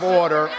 order